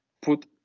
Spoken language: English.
put